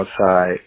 outside